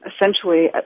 essentially